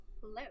Hello